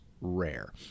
rare